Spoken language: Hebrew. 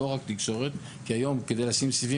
לא רק תקשורת כי היום כדי לשים סיבים